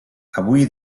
avui